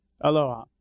Aloha